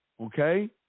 okay